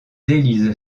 élisent